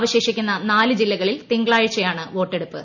അവശേഷിക്കുന്ന നാല് ജില്ലകളിൽ തിങ്കളാഴ്ചയാണ് വോട്ടെടുപ്പ്